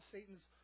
Satan's